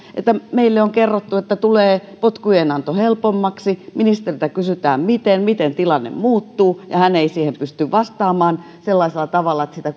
meille on kerrottu että tulee potkujenanto helpommaksi ministeriltä kysytään miten miten tilanne muuttuu ja hän ei siihen pysty vastaamaan sellaisella tavalla että sitä